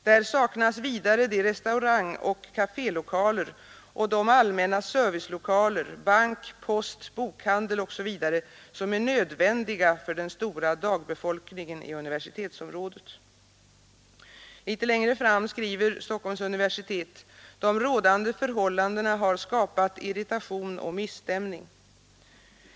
Där saknas vidare restaurangoch kafélokaler och de allmänna servicelokaler, bank, post, bokhandel osv. som är nödvändiga för den stora dagbefolkningen i universitetsområdet.” Litet längre fram skriver Stockholms universitet: ”De rådande förhållandena har skapat irritation och misstämning.